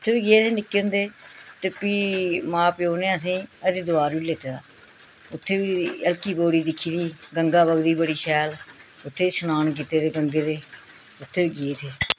उत्थे बी गे निक्के होंदे ते फ्ही मां प्यो ने असेंगी हरिद्वार बी लेते दा उत्थें बी हरकी पौढ़ी दिक्खी दी गंगा बगदी बड़ी शैल उत्थें श्नान कीते दे गंगे दे उत्थें बी गेदे ते